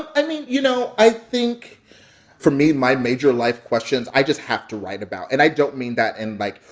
i mean, you know, i think for me and my major life questions, i just have to write about. and i don't mean that in, like,